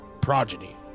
Progeny